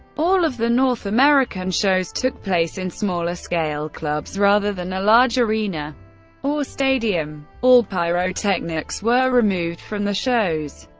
all of the north american shows took place in smaller-scale clubs, rather than a large arena or stadium. all pyrotechnics were removed from the shows.